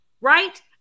right